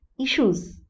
issues